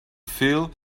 feel